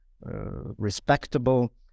respectable